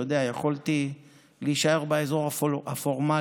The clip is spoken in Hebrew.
אתה יודע, יכולתי להישאר באזור הפורמלי.